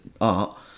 art